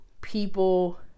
people